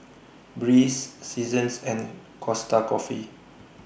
Breeze Seasons and Costa Coffee